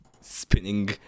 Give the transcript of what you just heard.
spinning